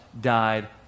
died